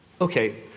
Okay